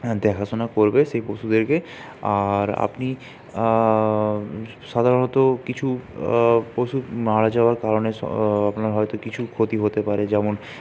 দেখাশোনা করবে সেই পশুদেরকে আর আপনি সাধারণত কিছু পশু মারা যাওয়ার কারণে আপনার হয়তো কিছু ক্ষতি হতে পারে যেমন